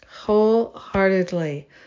Wholeheartedly